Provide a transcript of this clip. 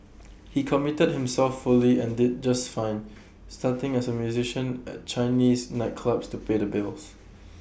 he committed himself fully and did just fine starting as A musician at Chinese nightclubs to pay the bills